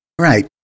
Right